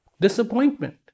disappointment